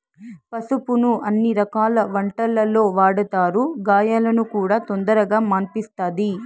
పసుపును అన్ని రకాల వంటలల్లో వాడతారు, గాయాలను కూడా తొందరగా మాన్పిస్తది